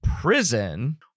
prison